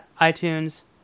iTunes